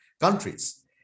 countries